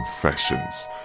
confessions